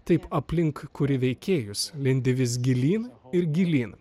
taip aplink kuri veikėjus lindi vis gilyn ir gilyn